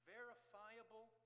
Verifiable